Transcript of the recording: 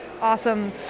awesome